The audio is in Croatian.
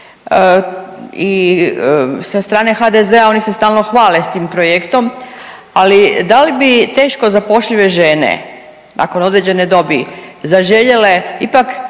i sa strane HDZ-a oni se stalno hvale s tim projektom, ali da li bi teško zapošljive žene nakon određene dobi zaželjele ipak